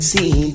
See